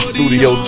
Studio